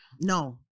No